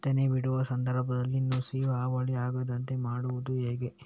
ತೆನೆ ಬಿಡುವ ಸಂದರ್ಭದಲ್ಲಿ ನುಸಿಯ ಹಾವಳಿ ಆಗದಂತೆ ಮಾಡುವುದು ಹೇಗೆ?